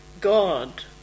God